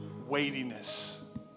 weightiness